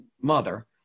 mother